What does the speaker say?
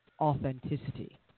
authenticity